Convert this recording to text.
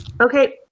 Okay